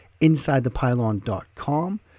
InsideThePylon.com